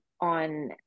on